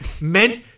meant